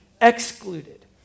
excluded